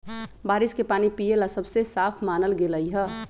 बारिश के पानी पिये ला सबसे साफ मानल गेलई ह